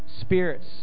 spirits